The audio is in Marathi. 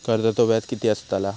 कर्जाचो व्याज कीती असताला?